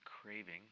craving